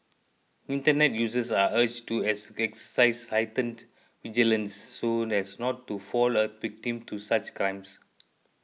internet users are urged to exercise heightened vigilance so as not to fall uh victim to such crimes